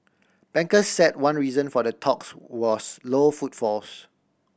bankers said one reason for the talks was low footfalls